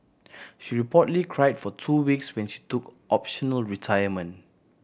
she reportedly cried for two weeks when she took optional retirement